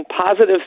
positive